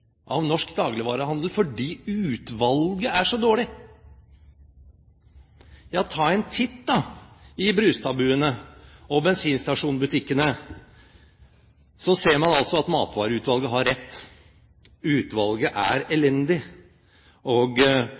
av norsk dagligvarehandel fordi utvalget er så dårlig. Tar man en titt i Brustad-buene og i bensinstasjonbutikkene, så ser man at Matkjedeutvalget har rett. Utvalget er elendig, og